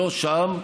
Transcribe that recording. לא שם,